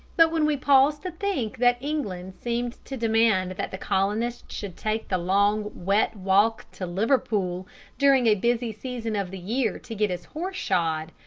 but when we pause to think that england seemed to demand that the colonist should take the long wet walk to liverpool during a busy season of the year to get his horse shod,